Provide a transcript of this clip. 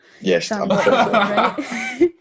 yes